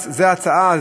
זו ההצעה.